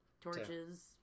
Torches